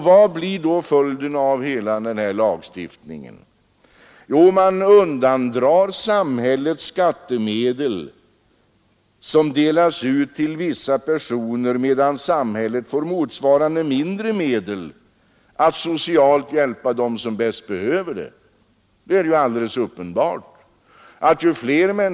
Vad blir då följden av hela denna lagstiftning? Jo, man undandrar samhället skattemedel, som delas ut till vissa personer, medan samhället får motsvarande mindre medel att socialt hjälpa dem som bäst behöver det.